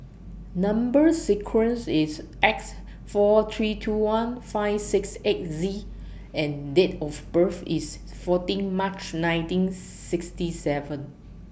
Number sequence IS X four three two one five six eight Z and Date of birth IS fourteen March nineteen sixty seven